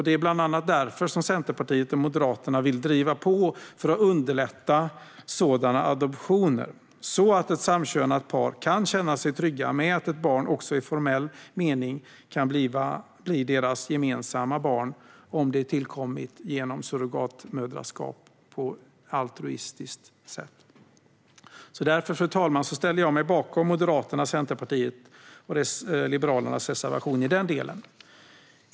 Det är bland annat därför Centerpartiet och Moderaterna vill driva på för att underlätta sådana adoptioner, så att man i ett samkönat par kan känna sig trygg med att ens barn också i formell mening kan bli ens gemensamma barn om det tillkommit genom surrogatmoderskap på altruistiskt sätt. Därför, fru talman, ställer jag mig bakom Moderaternas, Centerpartiets och Liberalernas reservation i den delen.